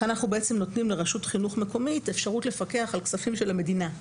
אנחנו נותנים לרשות חינוך מקומית אפשרות לפקח על כספים של המדינה.